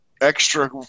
extra